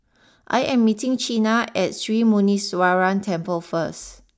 I am meeting Chyna at Sri Muneeswaran Temple first